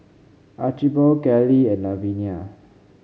Archibald Kellie and Lavenia